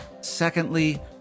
Secondly